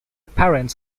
parents